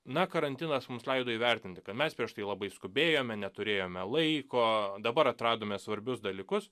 na karantinas mums leido įvertinti kad mes prieš tai labai skubėjome neturėjome laiko dabar atradome svarbius dalykus